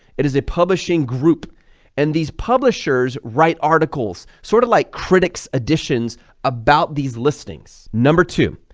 it is a publishing group and these publishers write articles sort of like critics editions about these listings. number two,